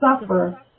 suffer